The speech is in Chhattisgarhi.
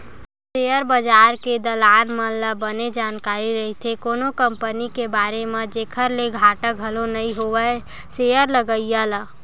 सेयर बजार के दलाल मन ल बने जानकारी रहिथे कोनो कंपनी के बारे म जेखर ले घाटा घलो नइ होवय सेयर लगइया ल